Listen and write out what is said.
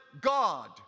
God